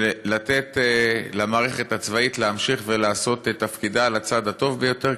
ולתת למערכת הצבאית להמשיך לעשות את תפקידה על הצד הטוב ביותר,